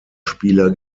spieler